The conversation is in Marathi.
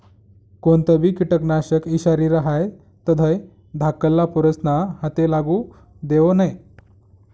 कोणतंबी किटकनाशक ईषारी रहास तधय धाकल्ला पोरेस्ना हाते लागू देवो नै